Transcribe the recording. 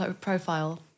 profile